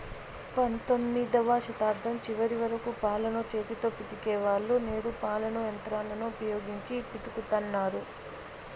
పంతొమ్మిదవ శతాబ్దం చివరి వరకు పాలను చేతితో పితికే వాళ్ళు, నేడు పాలను యంత్రాలను ఉపయోగించి పితుకుతన్నారు